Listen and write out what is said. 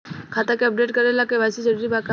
खाता के अपडेट करे ला के.वाइ.सी जरूरी बा का?